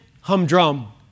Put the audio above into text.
humdrum